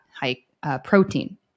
high-protein